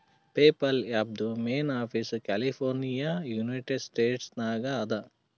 PayPal ಆ್ಯಪ್ದು main office California United States ನಾಗ್ ಅದಾ